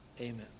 amen